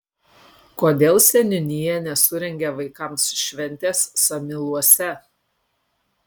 kodėl seniūnija nesurengė vaikams šventės samyluose